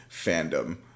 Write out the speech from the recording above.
fandom